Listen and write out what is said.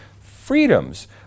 freedoms